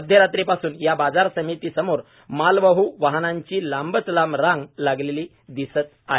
मध्यरात्रीपासूनच या बाजार समिती समोर मालवाह् वाहनांची लांबच लांब रांग लागलेली दिसत आहे